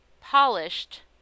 polished